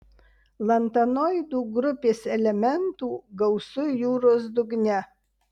lantanoidų grupės elementų gausu jūros dugne